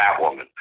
Batwoman